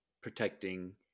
protecting